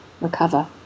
recover